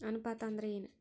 ಅನುಪಾತ ಅಂದ್ರ ಏನ್?